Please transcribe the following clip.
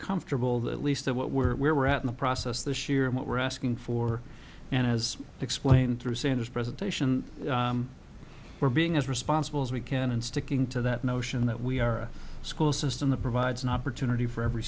comfortable that least that what we're where we're at in the process this year and what we're asking for and as explained through say in his presentation we're being as responsible as we can and sticking to that notion that we are a school system that provides an opportunity for every